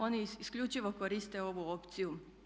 Oni isključivo koriste ovu opciju.